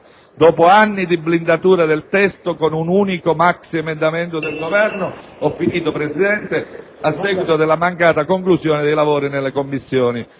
dopo anni di blindatura del testo con un unico maxiemendamento del Governo a seguito della mancata conclusione dei lavori nelle Commissioni.